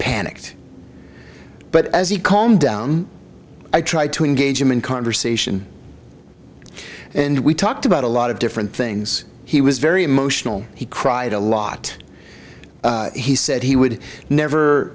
panicked but as he calmed down i tried to engage him in conversation and we talked about a lot of different things he was very emotional he cried a lot he said he would never